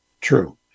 True